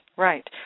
Right